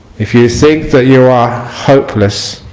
if you think that you are hopeless,